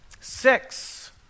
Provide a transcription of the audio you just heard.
six